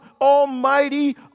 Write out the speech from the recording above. Almighty